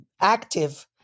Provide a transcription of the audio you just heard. active